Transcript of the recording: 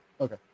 okay